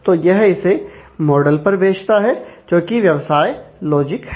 तो यह इसे मॉडल पर भेजता है जोकी व्यवसाय लॉजिक है